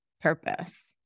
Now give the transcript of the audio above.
purpose